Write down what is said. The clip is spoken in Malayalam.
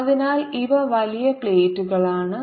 അതിനാൽ ഇവ വലിയ പ്ലേറ്റുകളാണ്